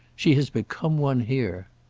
she has become one here.